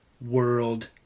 world